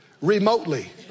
remotely